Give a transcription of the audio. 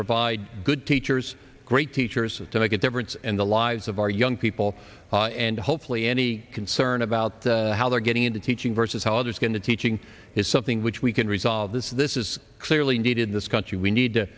provide good teachers great teachers to make a difference in the lives of our young people and hopefully any concern about how they're getting into teaching versus how others can the teaching is something which we can resolve this this is clearly needed in this country we need to